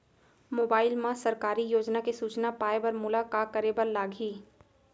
mobile मा सरकारी योजना के सूचना पाए बर मोला का करे बर लागही